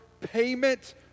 payment